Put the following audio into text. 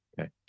okay